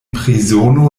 prizono